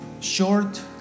short